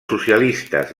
socialistes